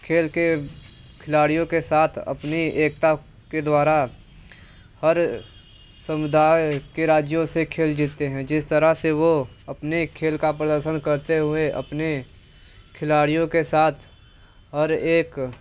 खेल के खिलाड़ियों के साथ अपनी एकता के द्वारा हर समुदाय के राज्यों से खेल जीतते हैं जिस तरह से वो अपने खेल का प्रदर्शन करते हुए अपने खिलाड़ियों के साथ और एक